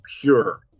pure